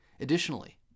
Additionally